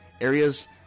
areas